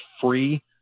free